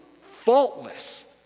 faultless